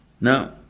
Now